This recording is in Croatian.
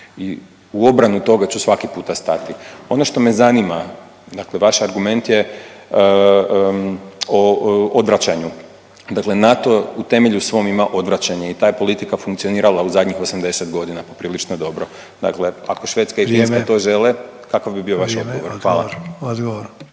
I u obranu toga ću svaki puta stati. Ono što me zanima, dakle vaš argument je o odvraćanju. Dakle NATO u temelju svom ima odvraćanje i ta je politika funkcionirala u zadnjih 80 godina poprilično dobro. Dakle, ako Švedska i Finska .../Upadica: Vrijeme./... to žele, kakav bi bio vaš odgovor?